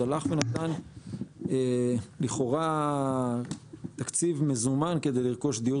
נתן לכאורה תקציב מזומן כדי לרכוש דיור